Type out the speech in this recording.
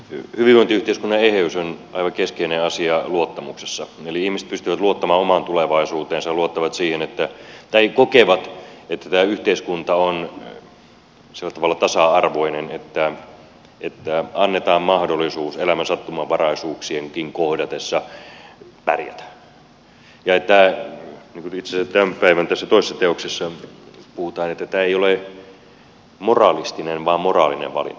hyvinvointiyhteiskunnan eheys on aivan keskeinen asia luottamuksessa eli ihmiset pystyvät luottamaan omaan tulevaisuuteensa tai kokevat että tämä yhteiskunta on sillä tavalla tasa arvoinen että annetaan mahdollisuus elämän sattumanvaraisuuksienkin kohdatessa pärjätä ja itse asiassa tässä tämän päivän toisessa teoksessa puhutaan että tämä ei ole moralistinen vaan moraalinen valinta